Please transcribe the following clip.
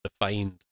defined